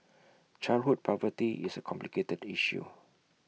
childhood poverty is A complicated issue